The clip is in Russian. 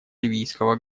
ливийского